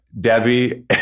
Debbie